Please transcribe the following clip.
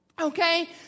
Okay